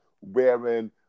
wearing